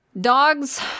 Dogs